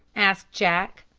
asked jack.